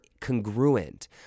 congruent